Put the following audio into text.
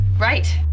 Right